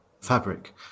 fabric